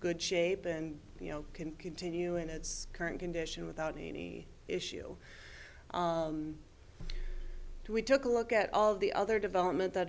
good shape and you know can continue in its current condition without any issue we took a look at all the other development that